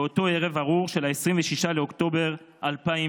באותו ערב ארור של 26 באוקטובר 2004,